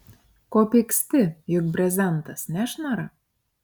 ko pyksti juk brezentas nešnara